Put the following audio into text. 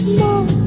more